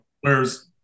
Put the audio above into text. Whereas